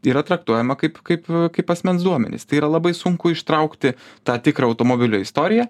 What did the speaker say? yra traktuojama kaip kaip kaip asmens duomenys tai yra labai sunku ištraukti tą tikrą automobilio istoriją